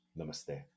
namaste